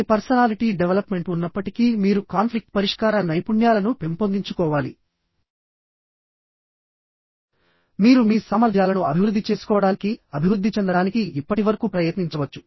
ఏ personality development ఉన్నప్పటికీ మీరు conflict పరిష్కార నైపుణ్యాల ను పెంపొందించుకోవాలి మీరు మీ సామర్థ్యాలను అభివృద్ధి చేసుకోవడానికి అభివృద్ధి చెందడానికి ఇప్పటివరకు ప్రయత్నించవచ్చు